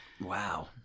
Wow